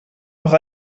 noch